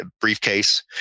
briefcase